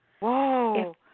Whoa